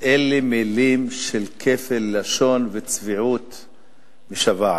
אלה מלים של כפל לשון וצביעות משוועת.